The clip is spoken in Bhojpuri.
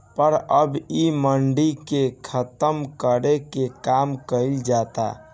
पर अब इ मंडी के खतम करे के काम कइल जाता